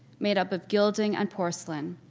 made up of gilding and porcelain,